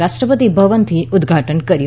રાષ્ટ્રપતિ ભવનથી ઉદઘાટન કર્યું